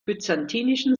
byzantinischen